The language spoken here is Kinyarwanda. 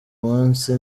munsi